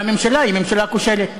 והממשלה היא ממשלה כושלת.